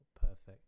perfect